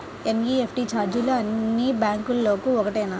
NEFT ఛార్జీలు అన్నీ బ్యాంక్లకూ ఒకటేనా?